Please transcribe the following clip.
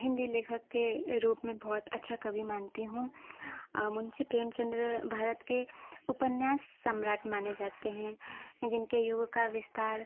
हिन्दी लेखक के रूप में बहुत अच्छा कवि मानती हूँ मुंशी प्रेमचन्द्र भारत के उपन्यास सम्राट माने जाते हैं जिनके युग का विस्तार